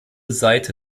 seite